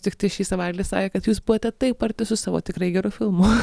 tiktai šį savaitgalį sakė kad jūs buvote taip arti su savo tikrai geru filmu